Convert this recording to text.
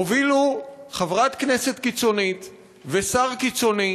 הובילו חברת כנסת קיצונית ושר קיצוני